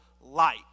light